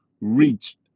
reach